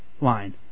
line